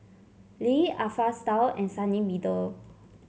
Lee Alpha Style and Sunny Meadow